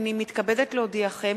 הנני מתכבדת להודיעכם,